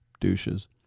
douches